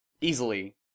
easily